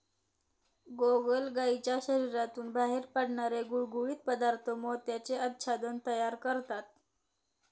गोगलगायीच्या शरीरातून बाहेर पडणारे गुळगुळीत पदार्थ मोत्याचे आच्छादन तयार करतात